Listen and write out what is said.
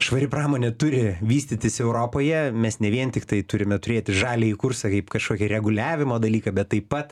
švari pramonė turi vystytis europoje mes ne vien tiktai turime turėti žaliąjį kursą kaip kažkokį reguliavimo dalyką bet taip pat